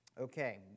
Okay